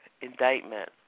indictment